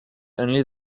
only